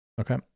Okay